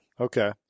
Okay